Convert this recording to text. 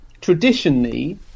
traditionally